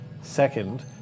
Second